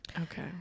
okay